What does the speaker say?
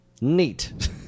Neat